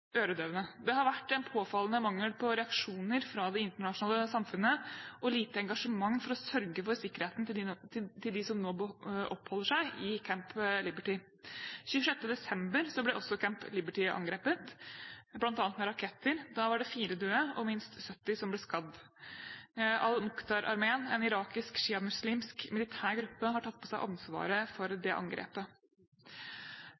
Det har vært en påfallende mangel på reaksjoner fra det internasjonale samfunnet og lite engasjement for å sørge for sikkerheten til dem som nå oppholder seg i Camp Liberty. 26. desember ble også Camp Liberty angrepet, bl.a. med raketter. Da var det fire døde og minst 70 som ble skadd. Al-Mukhtar-armeen, en irakisk sjiamuslimsk militær gruppe, har tatt på seg ansvaret for